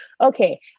okay